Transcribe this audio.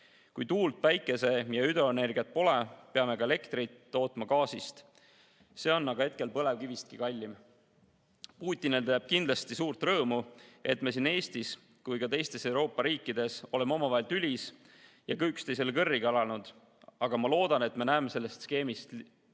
Kui tuult, päikese- ja hüdroenergiat pole, peame ka elektrit tootma gaasist. See on aga hetkel põlevkivistki kallim. Putinile teeb kindlasti suurt rõõmu, et me nii siin Eestis kui ka teistes Euroopa riikides oleme omavahel tülis ja üksteisele kõrri karanud. Aga ma loodan, et me näeme sellest skeemist siiski